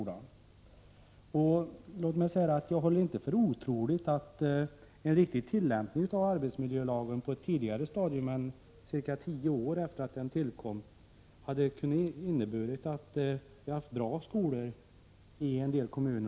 Jag håller det inte för otroligt att om en riktig tillämpning av arbetsmiljölagen hade inletts på ett tidigare stadium — och inte tio år efter att lagen tillkom —, hade det inneburit att vi i dag hade haft bra skolor i en del kommuner.